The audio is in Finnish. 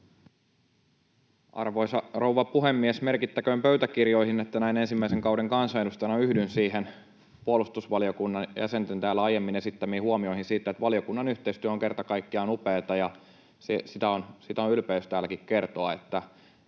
Arvoisa rouva puhemies! Merkittäköön pöytäkirjoihin, että näin ensimmäisen kauden kansanedustajana yhdyn puolustusvaliokunnan jäsenten täällä aiemmin esittämiin huomioihin siitä, että valiokunnan yhteistyö on kerta kaikkiaan upeata. Siitä on ylpeys täälläkin kertoa.